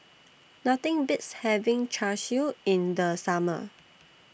Nothing Beats having Char Siu in The Summer